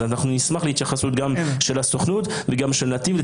אז אנחנו נשמח להתייחסות גם של הסוכנות וגם של נתיב.